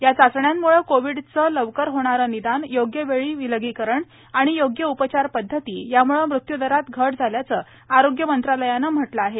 या चाचण्यांमुळे कोविडचे लवकर होणारे निदान योग्य वेळी विलगीकरण आणि योग्य उपचारपद्वती यामुळे मृत्यूदरातही घट झाल्याचं आरोग्य मंत्रालयाने म्हटलं आहे